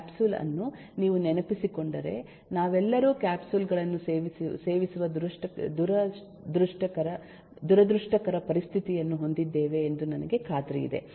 capsule ಅನ್ನು ನೀವು ನೆನಪಿಸಿಕೊಂಡರೆ ನಾವೆಲ್ಲರೂ ಕ್ಯಾಪ್ಸುಲ್ ಗಳನ್ನು ಸೇವಿಸುವ ದುರದೃಷ್ಟಕರ ಪರಿಸ್ಥಿತಿಯನ್ನು ಹೊಂದಿದ್ದೇವೆ ಎಂದು ನನಗೆ ಖಾತ್ರಿಯಿದೆ